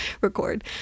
record